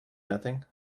nothing